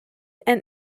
and